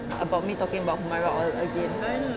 about me talking about humairah all again